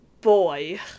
Boy